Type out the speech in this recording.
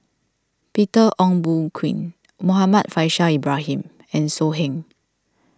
Peter Ong Boon Kwee Muhammad Faishal Ibrahim and So Heng